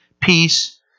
peace